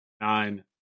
nine